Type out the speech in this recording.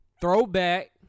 Throwback